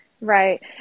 Right